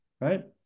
right